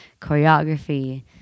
choreography